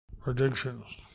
predictions